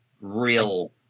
real